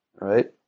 right